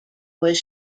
was